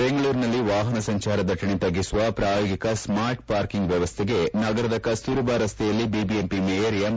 ಬೆಂಗಳೂರಿನಲ್ಲಿ ವಾಹನ ಸಂಚಾರ ದಟ್ಷಣೆ ತಗ್ಗಿಸುವ ಪ್ರಾಯೋಗಿಕ ಸ್ಮಾರ್ಟ್ ಪಾಕಿರ್ಂಂಗ್ ವ್ಯವಸ್ಥೆಗೆ ನಗರದ ಕಸ್ತೂರಬಾ ರಸ್ತೆಯಲ್ಲಿ ಬಿಬಿಎಂಪಿ ಮೇಯರ್ ಎಂ